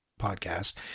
podcast